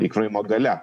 įkrovimo galia